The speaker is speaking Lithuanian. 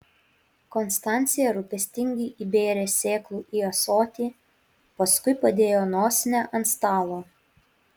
konstancija rūpestingai įbėrė sėklų į ąsotį paskui padėjo nosinę ant stalo